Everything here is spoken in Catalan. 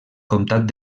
comtat